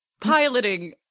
piloting